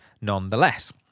nonetheless